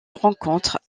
rencontre